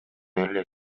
элек